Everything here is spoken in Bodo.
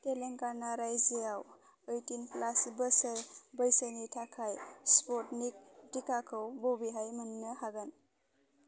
तेलेंगाना रायजोआव ओयटिन प्लास बोसोर बैसोनि थाखाय स्पुटनिक टिकाखौ बबेहाय मोन्नो हागोन